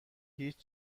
هیچ